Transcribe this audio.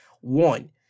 One